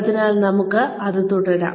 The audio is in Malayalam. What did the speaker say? അതിനാൽ നമുക്ക് ഇതു തുടരാം